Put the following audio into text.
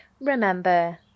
remember